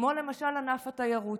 כמו למשל ענף התיירות,